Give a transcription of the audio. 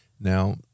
Now